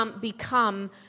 become